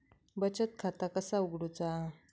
बचत खाता कसा उघडूचा?